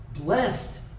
blessed